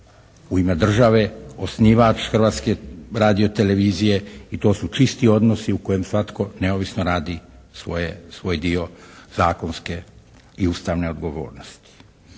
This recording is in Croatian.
u ime države, osnivač Hrvatske radio-televizije i to su čisti odnosi u kojima svatko neovisno radi svoj dio zakonske i ustavne odgovornosti.